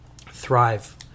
thrive